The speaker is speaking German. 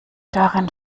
darin